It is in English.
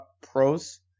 pros